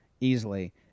easily